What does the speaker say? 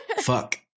Fuck